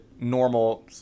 normal